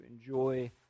enjoy